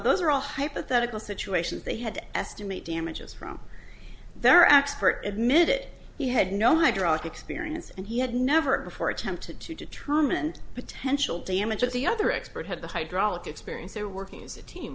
those are all hypothetical situations they had estimate damages from their expert at mit he had no hydraulic experience and he had never before attempted to determine potential damages the other expert had the hydraulic experience they're working as a team